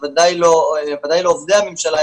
בוודאי לא עובדי הממשלה,